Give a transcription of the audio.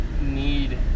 need